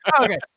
Okay